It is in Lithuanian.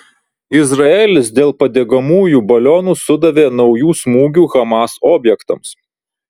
izraelis dėl padegamųjų balionų sudavė naujų smūgių hamas objektams